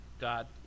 god